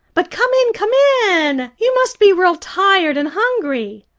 but come in, come in. you must be real tired and hungry.